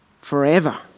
forever